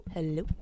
Hello